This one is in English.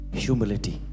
humility